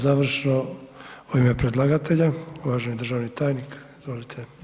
Završno u ime predlagatelja, uvaženi državni tajnik, izvolite.